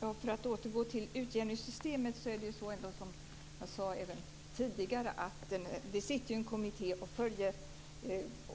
Fru talman! För att återgå till utjämningssystemet är det ju, som jag sade även tidigare, så att det sitter en kommitté och